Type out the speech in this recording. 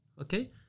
okay